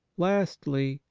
lastly,